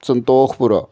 Santokhpura